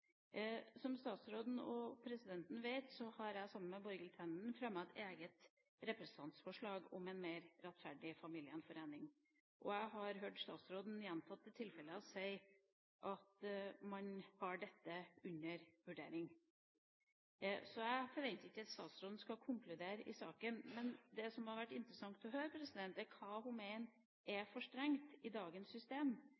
Som statsråden og presidenten vet, har jeg, sammen med Borghild Tenden, fremmet et eget representantforslag om en mer rettferdig familiegjenforening. Jeg har hørt statsråden gjentatte ganger si at man har dette til vurdering. Jeg forventer ikke at statsråden skal konkludere i saken, men det som hadde vært interessant å høre, er hva hun